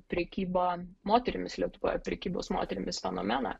prekybą moterimis lietuvoje prekybos moterimis fenomeną